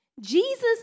Jesus